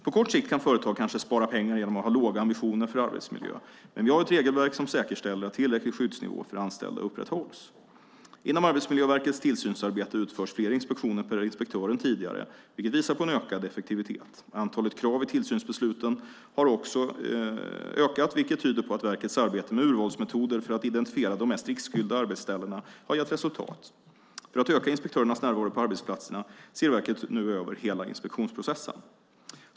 På kort sikt kan företag kanske spara pengar genom att ha låga ambitioner för arbetsmiljö, men vi har ett regelverk som säkerställer att tillräcklig skyddsnivå för anställda upprätthålls. Inom Arbetsmiljöverkets tillsynsarbete utförs fler inspektioner per inspektör än tidigare, vilket visar på en ökad effektivitet. Antalet krav i tillsynsbesluten har också ökat vilket tyder på att verkets arbete med urvalsmetoder för att identifiera de mest riskfyllda arbetsställena har gett resultat. För att öka inspektörernas närvaro på arbetsplatserna ser verket över hela inspektionsprocessen.